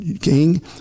King